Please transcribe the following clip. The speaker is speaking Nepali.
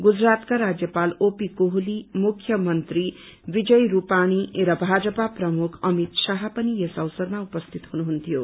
गुजरातका राज्यपाल ओपी कोहली मुख्यमन्त्री विजय रूपाणी र भाजपा प्रमुख अमित शाह पनि यस अवसरमा उपस्थित हुनुहुन्थ्यो